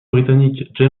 britannique